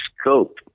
scope